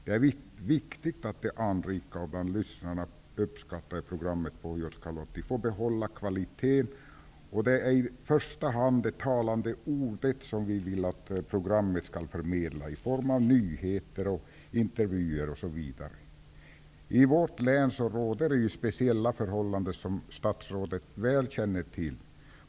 Det är viktigt att det anrika och av lyssnarna uppskattade programmet Pohjoiskalotti får behålla sin kvalitet. Det är i första hand det talade ordet som vi vill att programmet skall förmedla i form av nyheter, intervjuer osv. I vårt län råder det speciella förhållanden, som statsrådet väl känner till.